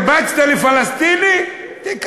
הרבצת לפלסטיני, הוספתי לך דקה.